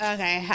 Okay